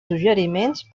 suggeriments